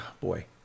Boy